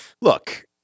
Look